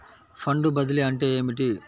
Fund బదిలీ అంటే ఏమిటి?